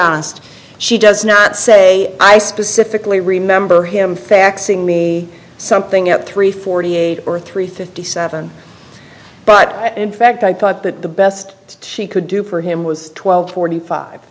honest she does not say i specifically remember him faxing me something at three forty eight or three fifty seven but in fact i thought that the best she could do for him was twelve forty five